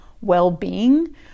well-being